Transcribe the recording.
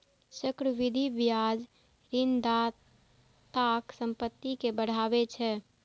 चक्रवृद्धि ब्याज ऋणदाताक संपत्ति कें बढ़ाबै छै